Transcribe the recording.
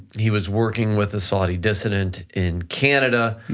he was working with a saudi dissident in canada,